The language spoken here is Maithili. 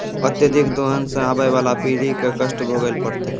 अत्यधिक दोहन सें आबय वाला पीढ़ी क कष्ट भोगै ल पड़तै